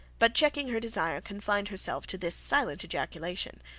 but checking her desire, confined herself to this silent ejaculation.